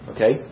Okay